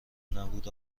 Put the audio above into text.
نبود